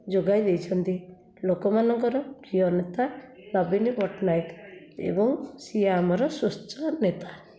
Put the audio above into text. ଯୋଗାଇ ଦେଇଛନ୍ତି ଲୋକମାନଙ୍କର ପ୍ରିୟ ନେତା ନବୀନ ପଟ୍ଟନାୟକ ଏବଂ ସିଏ ଆମର ସ୍ୱଚ୍ଛ ନେତା